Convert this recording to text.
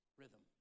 rhythm